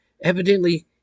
evidently